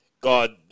God